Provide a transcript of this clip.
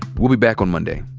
we'll be back on monday.